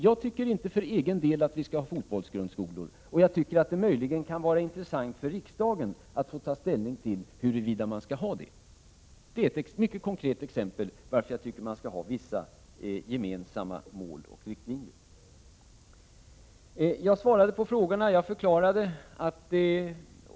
Jag tycker inte för egen del att vi skall ha fotbollsgrundskolor. Det kan möjligen vara intressant för riksdagen att ta ställning till huruvida man skall ha det. Detta är ett mycket konkret exempel som visar varför jag tycker att man skall ha vissa gemensamma mål och riktlinjer.